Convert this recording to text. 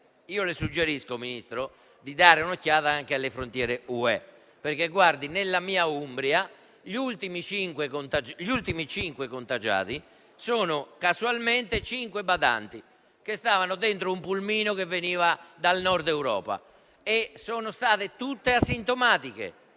io le suggerisco, Ministro, di dare un'occhiata anche alle frontiere europee, perché, nella mia Umbria, gli ultimi cinque contagiati sono, casualmente, cinque badanti, che stavano dentro un pulmino che veniva dal Nord Europa: sono state tutte asintomatiche,